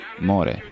More